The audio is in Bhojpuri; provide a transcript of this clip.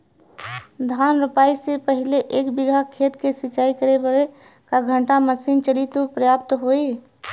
धान रोपाई से पहिले एक बिघा खेत के सिंचाई करे बदे क घंटा मशीन चली तू पर्याप्त होई?